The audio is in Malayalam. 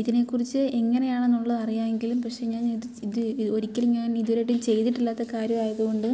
ഇതിനെ കുറിച്ച് എങ്ങനെയാണെന്നുള്ള അറിയാമെങ്കിലും പക്ഷേ ഞാൻ ഇത് ഇത് ഞ ഒരിക്കലും ഞാൻ ഇതുവരെയായിട്ടും ചെയ്തിട്ടില്ലാത്ത കാര്യമായത് കൊണ്ട്